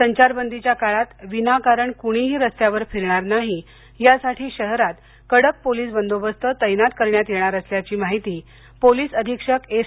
संचारबंदीच्या काळात विनाकारण कुणीही रस्त्यावर फिरणार नाही यासाठी शहरात कडक पोलीस बंदोबस्त तैनात करण्यात येणार असल्याची माहिती पोलीस अधीक्षक एस